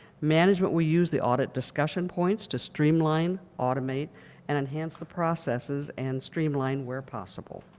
management we use the oddest discussion points to streamline automate and enhance the processes and streamline where possible.